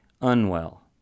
unwell